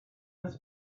was